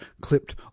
clipped